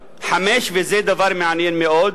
5. וזה דבר מעניין מאוד,